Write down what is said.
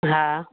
हा